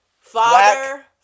father